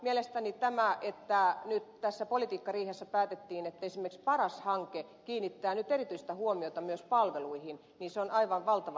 mielestäni se että nyt tässä politiikkariihessä päätettiin että esimerkiksi paras hanke kiinnittää nyt erityistä huomiota myös palveluihin on aivan valtavan hyvä asia